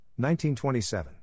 1927